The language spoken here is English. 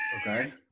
okay